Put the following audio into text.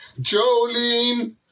Jolene